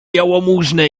jałmużnę